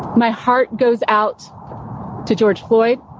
my heart goes out to george floyd.